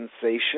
sensation